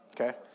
Okay